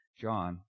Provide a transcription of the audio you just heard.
John